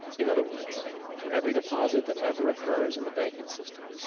in other words for every deposit that ever occurs in the banking system,